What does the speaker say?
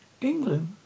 England